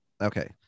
Okay